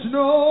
no